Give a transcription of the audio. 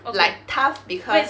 like tough because